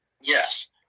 yes